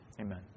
Amen